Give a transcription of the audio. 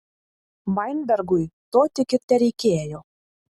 vainbergui to tik ir tereikėjo